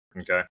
okay